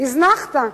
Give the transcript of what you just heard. הזנחת,